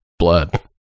Blood